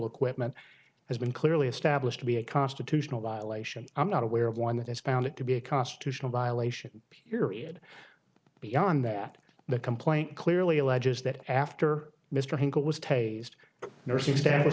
equipment has been clearly established to be a constitutional violation i'm not aware of one that has found it to be a constitutional violation period beyond that the complaint clearly alleges that after mr hinkle was taste nursing status